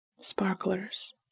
Sparklers